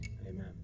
Amen